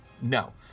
No